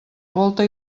volta